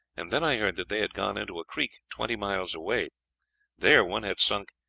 and then i heard that they had gone into a creek twenty miles away there one had sunk,